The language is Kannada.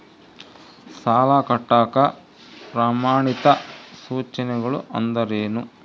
ಸಾಲ ಕಟ್ಟಾಕ ಪ್ರಮಾಣಿತ ಸೂಚನೆಗಳು ಅಂದರೇನು?